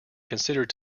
considered